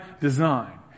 design